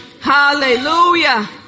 Hallelujah